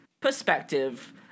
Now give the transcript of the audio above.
perspective